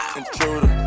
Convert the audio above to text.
intruder